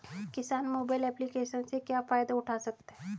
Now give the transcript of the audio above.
किसान mobile application से क्या फायदा उठा सकता है?